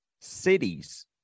cities